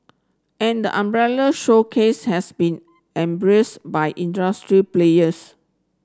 and the umbrella showcase has been embraced by industry players